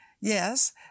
Yes